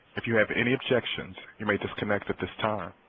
if you have any objections you may disconnect at this time.